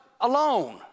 alone